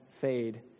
fade